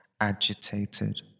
agitated